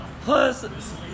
Plus